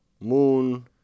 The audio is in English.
Moon